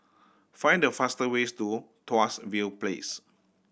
find the fastest way to Tuas View Place